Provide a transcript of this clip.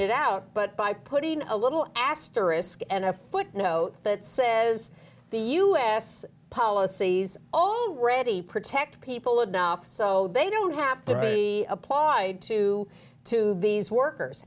it out but by putting a little asterisk and a footnote that says the u s policies already protect people enough so they don't have to be applied to to these workers